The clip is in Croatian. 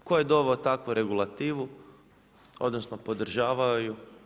Tko je doveo takvu regulativu odnosno podržavao ju?